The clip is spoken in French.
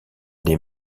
des